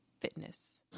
fitness